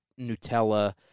Nutella